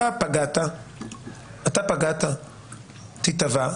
אתה פגעת, תיתבע,